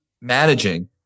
managing